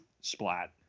splat